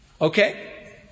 Okay